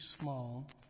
small